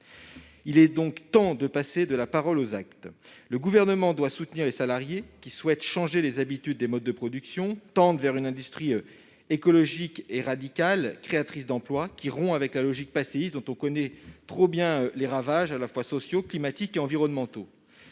Il est donc temps de passer de la parole aux actes. Le Gouvernement doit soutenir les salariés, qui souhaitent changer les habitudes des modes de production, tendre vers une industrie écologique et radicale créatrice d'emplois, qui rompt avec la logique passéiste dont on connaît trop bien les ravages à la fois sociaux, climatiques et environnementaux.